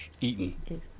eaten